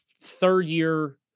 third-year